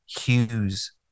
Hughes